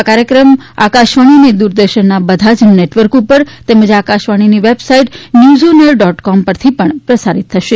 આ કાર્યક્રમ આકાશવાણી અને દુરદર્શનના બધા જ નેટવર્ક ઉપર તેમજ આકાશવાણીની website news on air dot com પરથી પણ પ્રસારીત થશે